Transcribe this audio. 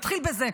נתחיל בזה.